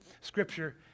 scripture